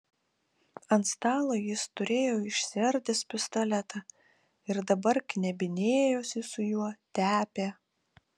ant stalo jis turėjo išsiardęs pistoletą ir dabar knebinėjosi su juo tepė